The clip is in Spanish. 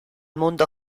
mundo